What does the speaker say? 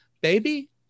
Baby